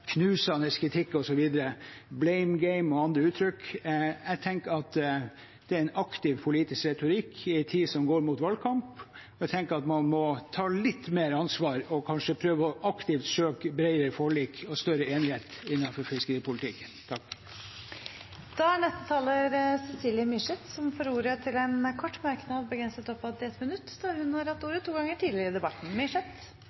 en aktiv politisk retorikk i en tid som går mot valgkamp. Jeg tenker at man må ta litt mer ansvar og kanskje prøve aktivt å søke bredere forlik og større enighet innenfor fiskeripolitikken. Representanten Cecilie Myrseth har hatt ordet to ganger tidligere og får ordet til en kort merknad, begrenset til 1 minutt. Siste talers og fiskeriministerens ord er ganske oppsiktsvekkende på slutten av en debatt. Når de aller fleste ikke har